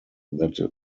that